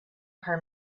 her